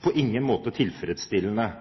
På ingen måte tilfredsstillende!